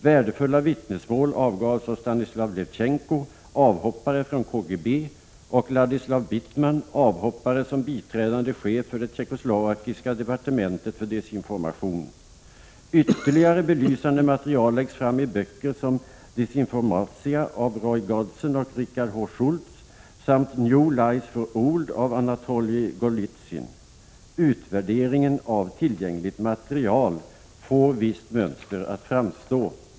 Värdefulla vittnesmål avgavs av Stanislav Levchenko, avhoppare från KGB, och Ladislav Bittman, avhoppare som biträdande chef för det tjeckoslovakiska departementet för desinformation. Ytterligare belysande material läggs fram i böcker som Dezinformatsia av Roy Godson och Richard H. Schultz samt New Lies for Old av Anatoliy Golitsyn. — Utvärderingen av tillgängligt material får ett visst mönster att framstå.